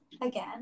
again